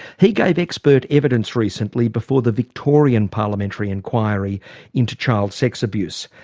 he gave expert evidence recently before the victorian parliamentary inquiry into child sex abuse.